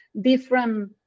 different